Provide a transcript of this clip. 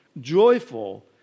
Joyful